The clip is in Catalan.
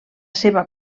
seva